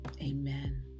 Amen